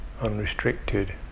unrestricted